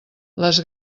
les